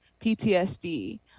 PTSD